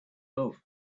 love